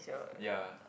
ya